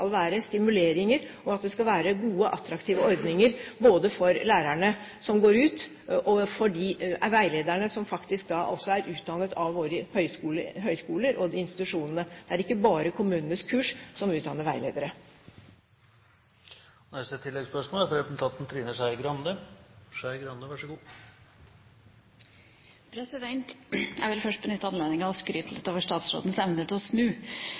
være stimuleringer, og at det skal være gode, attraktive ordninger både for lærerne som kommer ut, og for de veilederne som faktisk også er utdannet av våre høyskoler og institusjoner. Det er ikke bare kommunenes kurs som utdanner veiledere. Trine Skei Grande – til oppfølgingsspørsmål. Jeg vil først benytte anledningen til å skryte av statsrådens evne til å snu.